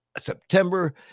September